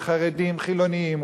חרדים, חילונים.